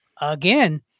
again